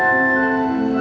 and